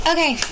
Okay